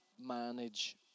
manage